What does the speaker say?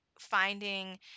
finding